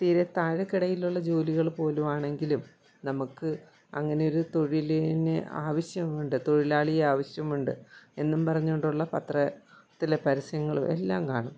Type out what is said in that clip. തീരെ താഴേക്കിടയിലുള്ള ജോലികൾ പോലും ആണെങ്കിലും നമുക്ക് അങ്ങനെ ഒരു തൊഴിലിന് ആവശ്യം ഉണ്ട് തൊഴിലാളിയെ ആവശ്യമുണ്ട് എന്നും പറഞ്ഞുകൊണ്ടുള്ള പത്ര ത്തിലെ പരസ്യങ്ങൾ എല്ലാം കാണാം